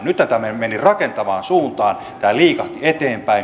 nyt tämä meni rakentavaan suuntaan tämä liikahti eteenpäin